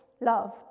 Love